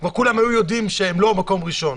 כבר כולם היו יודעים שהם לא מקום ראשון.